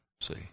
See